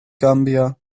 gambia